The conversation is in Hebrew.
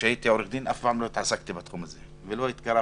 כשהייתי עורך דין אף פעם לא התעסקתי בתחום הזה ולא התקרבתי.